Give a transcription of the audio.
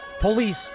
Police